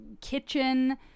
kitchen